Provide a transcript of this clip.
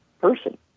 Person